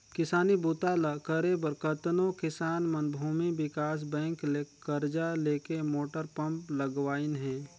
किसानी बूता ल करे बर कतनो किसान मन भूमि विकास बैंक ले करजा लेके मोटर पंप लगवाइन हें